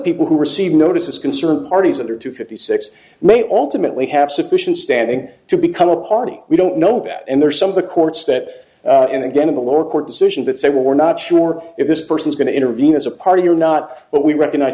people who receive notices concerned parties that are to fifty six may alternately have sufficient standing to become a party we don't know about and there are some of the courts that in again in the lower court decision that say we're not sure if this person is going to intervene as a party or not but we recognize